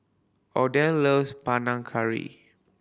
Odell loves Panang Curry